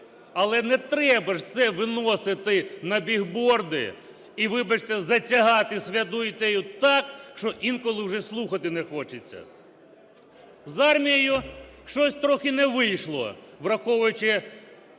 Але не треба ж це виносити набігборди і, вибачте, затягати святу ідею так, що інколи вже слухати не хочеться. З армією щось трохи не вийшло, враховуючи